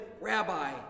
Rabbi